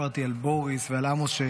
סיפרתי על בוריס ועל עמוס,